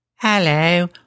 Hello